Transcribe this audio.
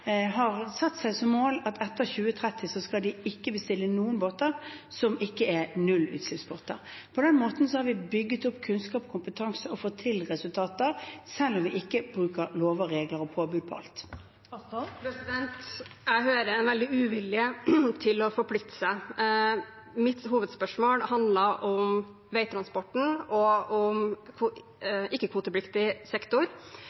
har satt seg som mål at de etter 2030 ikke skal bestille noen båter som ikke er nullutslippsbåter. På den måten har vi bygget opp kunnskap og kompetanse og fått til resultater, selv om vi ikke bruker lover og regler og påbud for alt. Det åpnes for oppfølgingsspørsmål – først Une Bastholm. Jeg hører en veldig uvilje til å forplikte seg. Mitt hovedspørsmål handlet om veitransporten og